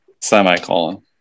Semicolon